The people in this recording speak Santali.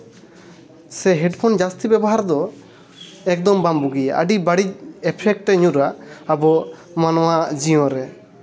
ᱥᱮ ᱦᱮᱰᱯᱷᱳᱱ ᱡᱟᱹᱥᱛᱤ ᱵᱮᱵᱚᱦᱟᱨ ᱫᱚ ᱮᱠᱫᱚᱢ ᱵᱟᱝ ᱵᱩᱜᱤᱭᱟ ᱟᱹᱰᱤ ᱵᱟᱹᱲᱤᱡ ᱮᱯᱷᱮᱠᱴᱮ ᱧᱩᱨᱟ ᱟᱵᱚ ᱱᱚᱣᱟ ᱢᱟᱱᱣᱟ ᱡᱤᱭᱚᱱ ᱨᱮ